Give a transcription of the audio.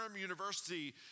University